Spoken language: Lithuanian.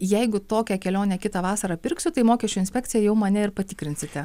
jeigu tokią kelionę kitą vasarą pirksiu tai mokesčių inspekcija jau mane ir patikrinsite